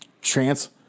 chance